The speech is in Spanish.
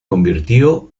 convirtió